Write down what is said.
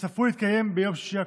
שצפוי להתקיים ביום שישי הקרוב.